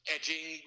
edging